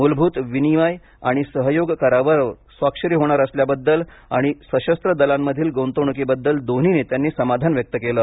मूलभूत विनिमय आणि सहयोग करारावर स्वाक्षरी होणार असल्याबद्दल आणि सशस्त्र दलांमधील गुंतवणुकीबद्दल दोन्ही नेत्यांनी समाधान व्यक्त केलं